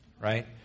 right